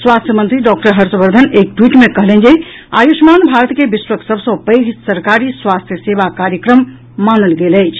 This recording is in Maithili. स्वास्थ्य मंत्री डॉक्टर हर्षवर्द्वन एक ट्वीट मे कहलनि जे आयुष्मान भारत के विश्वक सभ सॅ पैघ सरकारी स्वास्थ्य सेवा कार्यक्रम मानल गेल अछि